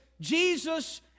Jesus